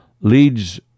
leads